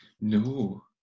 No